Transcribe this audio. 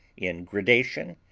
in gradation,